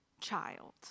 child